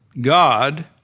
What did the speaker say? God